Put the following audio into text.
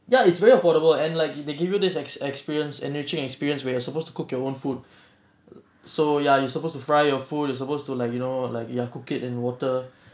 ya it's very affordable and like they give you this ex~ experience enriching experience when you're supposed to cook your own food so ya you supposed to fry your food you supposed to like you know like you uh cook it in water